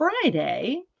Friday